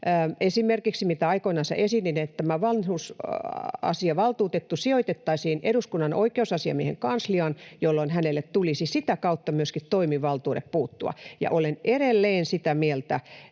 esimerkiksi — tätä aikoinansa esitin — tämä vanhusasiavaltuutettu sijoitettaisiin Eduskunnan oikeusasiamiehen kansliaan, jolloin hänelle tulisi myöskin sitä kautta toimivaltuudet puuttua, ja olen edelleen sitä mieltä,